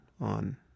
on